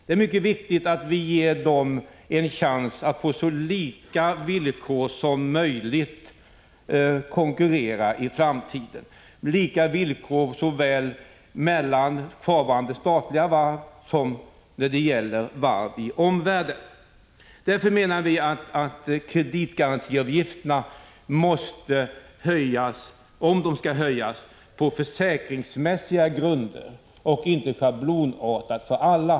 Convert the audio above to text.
Det är mycket viktigt att vi ger dem en chans, så att de i framtiden kan konkurrera på så lika villkor som möjligt — det gäller såväl mellan kvarvarande statliga varv som i förhållande till varv i omvärlden. Därför menar vi att kreditgarantiavgifterna, om nu dessa skall höjas, måste höjas på försäkringsmässiga grunder. Vi vill alltså inte ha en schablonartad höjning som gäller för alla.